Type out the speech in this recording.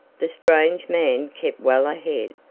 the strange man kept well ahead.